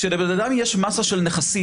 כשלאדם יש מסת נכסים,